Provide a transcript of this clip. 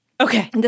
Okay